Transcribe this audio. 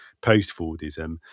post-Fordism